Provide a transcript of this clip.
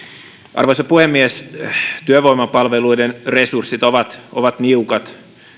arvoisa puhemies työvoimapalveluiden resurssit ovat ovat niukat